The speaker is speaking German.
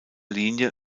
linie